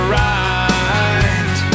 right